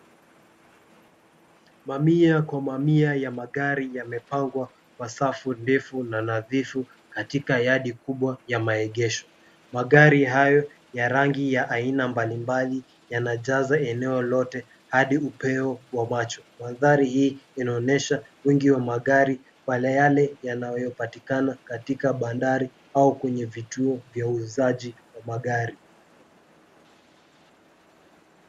Mamia kwa mamia ya magari yamepangwa kwamba safu ndefu na nadhifu katika yadi kubwa ya maegesho. Magari hayo ya rangi ya aina mbalimbali, yanajaza eneo lote hadi upeo wa macho. Mandhari hii inaonesha wingi wa magari kwale yale yanayopatikana katika bandari au kwenye vituo vya uuzaji wa magari.